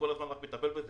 אני כל הזמן מטפל בזה.